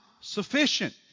sufficient